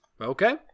Okay